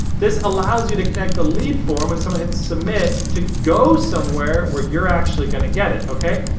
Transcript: this allows you to connect the lead form when someone hits submit to go somewhere where you're actually gonna get it, okay?